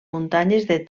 muntanyes